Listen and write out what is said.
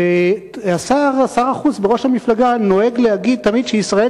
שר החוץ וראש המפלגה נוהג להגיד תמיד שישראל,